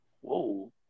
Whoa